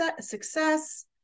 success